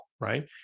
right